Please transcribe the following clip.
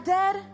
dead